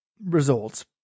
results